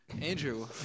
Andrew